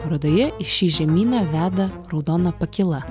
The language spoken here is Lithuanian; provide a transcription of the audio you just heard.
parodoje į šį žemyną veda raudona pakyla